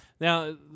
Now